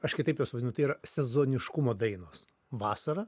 aš kitaip juos vadinu tai yra sezoniškumo dainos vasara